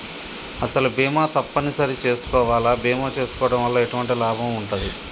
అసలు బీమా తప్పని సరి చేసుకోవాలా? బీమా చేసుకోవడం వల్ల ఎటువంటి లాభం ఉంటది?